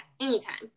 Anytime